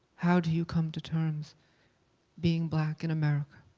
how do you come to terms being black in america?